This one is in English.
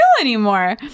anymore